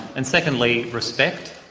and secondly respect.